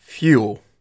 Fuel